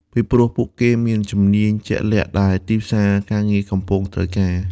ពីព្រោះពួកគេមានជំនាញជាក់លាក់ដែលទីផ្សារការងារកំពុងត្រូវការ។